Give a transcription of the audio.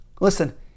Listen